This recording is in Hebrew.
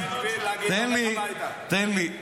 תן לי.